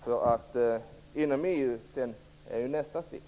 Kontroll inom EU är ju sedan nästa steg.